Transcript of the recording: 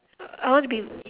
I want to be